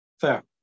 Fair